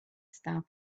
stop